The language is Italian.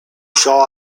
ciò